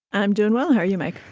i'm doing well. how are you, mike?